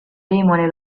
demone